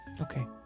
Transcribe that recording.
okay